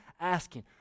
asking